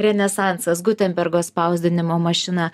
renesansas gutenbergo spausdinimo mašina